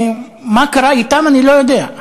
מה קרה אתם אני לא יודע,